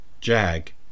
JAG